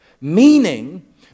Meaning